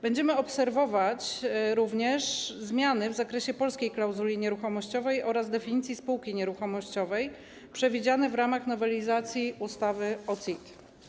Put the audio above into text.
Będziemy obserwować również zmiany w zakresie polskiej klauzuli nieruchomościowej oraz definicji spółki nieruchomościowej przewidziane w ramach nowelizacji ustawy o CIT.